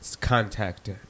contact